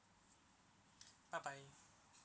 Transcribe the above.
bye bye